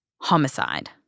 Homicide